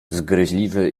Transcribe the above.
zgryźliwy